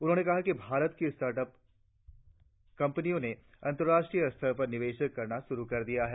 उन्होंने कहा कि भारत की स्टार्ट अप कंपनियों ने अंतर्राष्ट्रीय स्तर पर निवेश करना शुरु कर दिया है